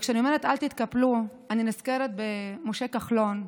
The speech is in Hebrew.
וכשאני אומרת "אל תתקפלו", אני נזכרת במשה כחלון.